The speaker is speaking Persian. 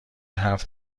حرف